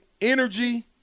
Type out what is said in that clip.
Energy